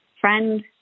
friend